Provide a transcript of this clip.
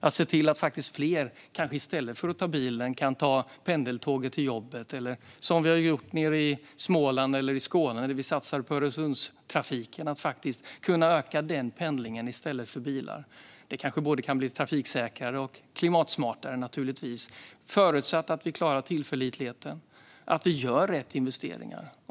Jag tror också att den bidrar till att fler, kanske i stället för att ta bilen, kan ta pendeltåget till jobbet. Jag tror att den bidrar till att - som med det vi har gjort nere i Småland eller i Skåne, där vi satsade på Öresundstrafiken - öka denna pendling i stället för pendling med bilar. Det kanske kan bli både trafiksäkrare och klimatsmartare, förutsatt att vi klarar tillförlitligheten och att vi gör rätt investeringar.